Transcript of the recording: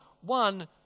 one